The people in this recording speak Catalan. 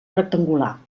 rectangular